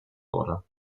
wurde